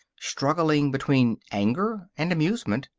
struggling between anger and amusement.